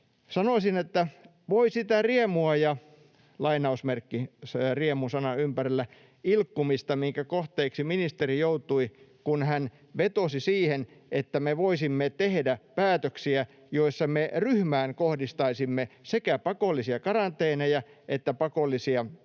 Sanoisin, että voi sitä riemua — lainausmerkit riemu-sanan ympärillä — ja ilkkumista, minkä kohteeksi ministeri joutui, kun hän vetosi siihen, että me voisimme tehdä päätöksiä, joissa me ryhmään kohdistaisimme sekä pakollisia karanteeneja että pakollisia